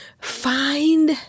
find